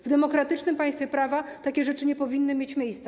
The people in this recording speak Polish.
W demokratycznym państwie prawa takie rzeczy nie powinny mieć miejsca.